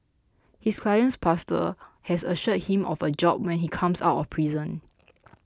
his client's pastor has assured him of a job when he comes out of prison